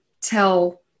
tell